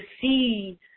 see